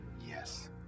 Yes